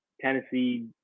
Tennessee